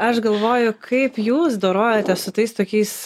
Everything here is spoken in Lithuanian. aš galvoju kaip jūs dorojatės su tais tokiais